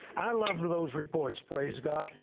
i love those reports, praise god.